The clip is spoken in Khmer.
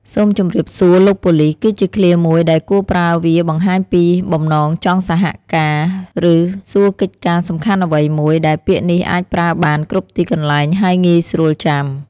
"សូមជម្រាបសួរ លោកប៉ូលិស" គឺជាឃ្លាមួយដែលគួរប្រើវាបង្ហាញពីបំណងចង់សហការឬសួរកិច្ចការសំខាន់អ្វីមួយ ដែលពាក្យនេះអាចប្រើបានគ្រប់ទីកន្លែងហើយងាយស្រួលចាំ។